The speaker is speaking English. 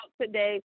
today